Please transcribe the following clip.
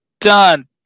done